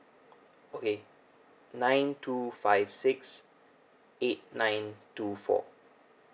okay nine to five six eight nine two four